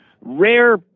rare